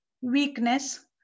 weakness